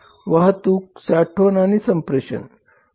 वाहतूक साठवण आणि संप्रेषण 12